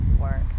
work